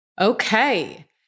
Okay